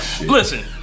Listen